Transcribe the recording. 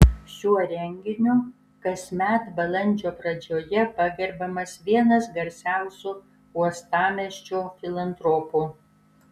šiuo renginiu kasmet balandžio pradžioje pagerbiamas vienas garsiausių uostamiesčio filantropų